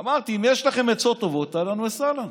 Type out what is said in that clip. אמרתי, אם יש לכם עצות טובות, אהלן וסהלן.